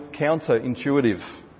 counterintuitive